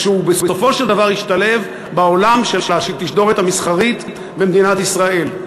ושהוא בסופו של דבר ישתלב בעולם של התשדורת המסחרית במדינת ישראל.